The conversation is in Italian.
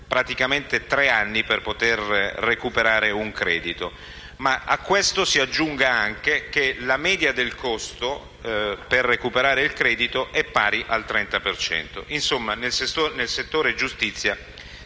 praticamente tre anni per recuperare un credito. A questo si aggiunga che la media del costo per recuperare il credito è pari al 30 per cento. Insomma, nel settore giustizia